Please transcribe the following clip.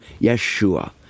Yeshua